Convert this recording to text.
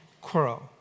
quarrel